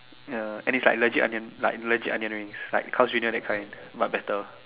ya and it's like legit onion like legit onion rings like Carl's-junior that kind but better